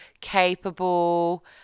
capable